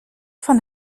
van